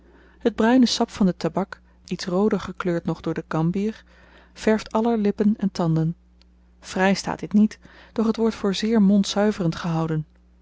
het bruine sap van den tabak iets rooder gekleurd nog door de gambier verft aller lippen en tanden fraai staat dit niet doch t wordt voor zeer mondzuiverend gehouden